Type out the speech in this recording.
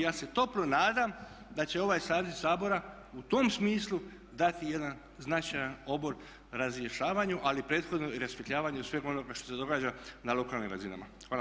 Ja se toplo nadam da će ovaj saziv Sabora u tom smislu dati jedan značajan obol razrješavanju ali i prethodno rasvjetljavanju sveg onoga što se događa na lokalnim razinama.